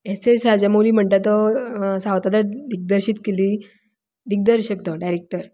S S Rajamouli म्हणटा तो सावथाचो दिग्दर्शीत केल्ली दिग्दर्शक तो डायरेक्टर